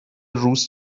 روز